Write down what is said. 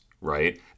right